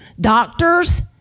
doctors